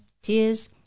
tears